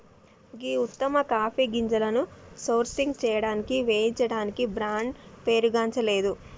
గీ ఉత్తమ కాఫీ గింజలను సోర్సింగ్ సేయడానికి వేయించడానికి బ్రాండ్ పేరుగాంచలేదు